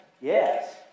Yes